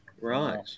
Right